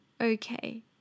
okay